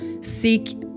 seek